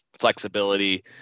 flexibility